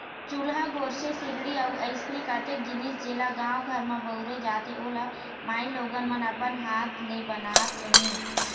चूल्हा, गोरसी, सिगड़ी अउ अइसने कतेक जिनिस जेला गाँव घर म बउरे जाथे ओ ल माईलोगन मन अपन हात ले बनात रहिन